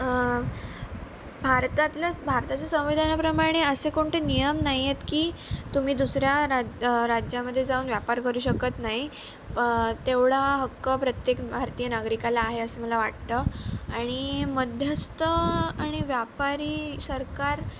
भारतातल्याच भारताच्या संविधानाप्रमाणे असे कोणते नियम नाही आहेत की तुम्ही दुसऱ्या राज्यामध्ये जाऊन व्यापार करू शकत नाही प तेवढा हक्क प्रत्येक भारतीय नागरिकाला आहे असं मला वाटतं आणि मध्यस्त आणि व्यापारी सरकार